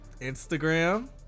Instagram